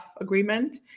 agreement